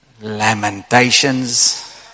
Lamentations